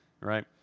right